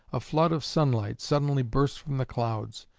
a flood of sunlight suddenly burst from the clouds,